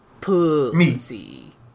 Pussy